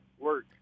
work